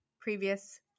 Previous